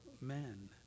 men